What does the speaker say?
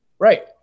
Right